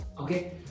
okay